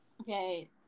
Okay